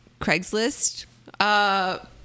Craigslist